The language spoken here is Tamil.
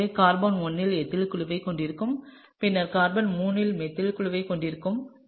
எனவே கார்பன் 1 இல் எத்தில் குழுவைக் கொண்டிருப்போம் பின்னர் கார்பன் 3 இல் மீதில் குழுவைக் கொண்டிருக்கிறோம்